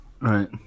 Right